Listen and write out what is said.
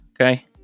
Okay